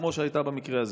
כמו שהייתה במקרה הזה?